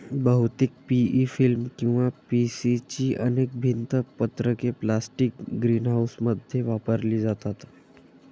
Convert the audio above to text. बहुतेक PE film किंवा PC ची अनेक भिंत पत्रके प्लास्टिक ग्रीनहाऊसमध्ये वापरली जातात